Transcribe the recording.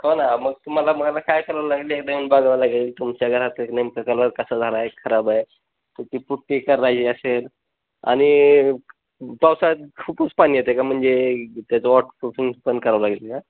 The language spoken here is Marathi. हो ना मग तुम्हाला मला काय करावं लागेल एकदा येऊन बघावं लागेल तुमच्या घरात नेमकं कलर कसा झाला आहे खराब आहे तर ती पूट्टी करायची असेल आणि पावसाळ्यात खूपच पाणी आहे ते का म्हणजे त्याचं वॉटर प्रुफिंग पण करावं लागेल का